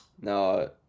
No